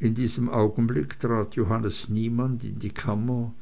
in diesem augenblick trat johannes niemand in die kammer